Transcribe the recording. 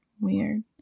Weird